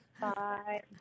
Bye